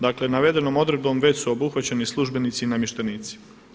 Dakle, navedenom odredbom već su obuhvaćeni službenici i namještenici.